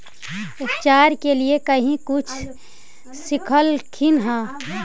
उपचार के लीये कहीं से कुछ सिखलखिन हा?